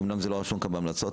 אמנם זה לא רשום כאן בהמלצות,